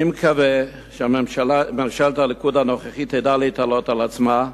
אני מקווה שממשלת הליכוד הנוכחית תדע להתעלות על עצמה,